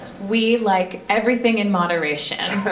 we like everything in moderation.